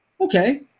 Okay